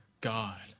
God